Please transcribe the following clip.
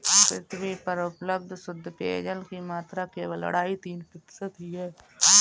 पृथ्वी पर उपलब्ध शुद्ध पेजयल की मात्रा केवल अढ़ाई तीन प्रतिशत ही है